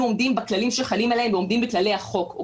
עומדים בכללים שחלים עליהם ועומדים בכללי החוק.